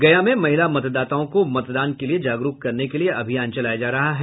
गया में महिला मतदाताओं को मतदान के लिए जागरूक करने के लिए अभियान चलाया जा रहा है